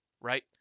right